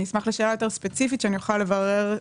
אני אשמח לשאלה יותר ספציפית, כדי שאוכל לברר.